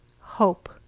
hope